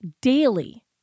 daily